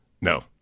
No